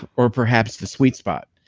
or perhaps the sweet spot,